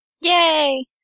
Yay